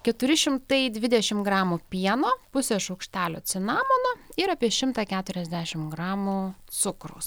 keturi šimtai dvidešimt gramų pieno pusės šaukštelio cinamono ir apie šimtą keturiasdešimt gramų cukraus